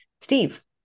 Steve